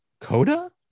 Coda